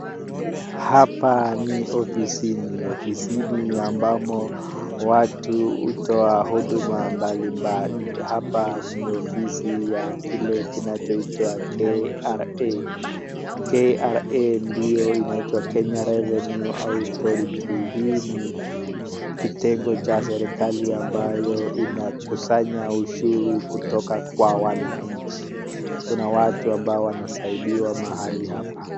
Hapa ni ofisini, ofisini ambamo watu hutoa huduma mbalimbali. Hapa ni ofisi ya kile kinachoitwa KRA. KRA ndio inaitwa Kenya Revenue Authority . Hii ni kitengo cha serikali ambayo inakusanya ushuru kutoka kwa wananchi. Kuna watu ambao wanasaidiwa mahali hapa.